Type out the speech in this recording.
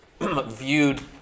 viewed